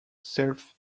self